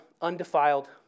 undefiled